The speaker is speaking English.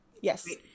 yes